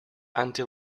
anti